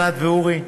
ענת ואורי,